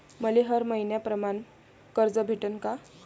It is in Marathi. मले हर मईन्याप्रमाणं कर्ज भेटन का?